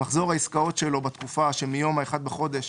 מחזור העסקאות שלו בתקופה שמיום 1 בחודש